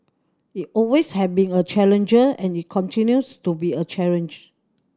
it always have been a challenge and it continues to be a challenge